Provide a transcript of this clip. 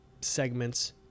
segments